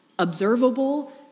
observable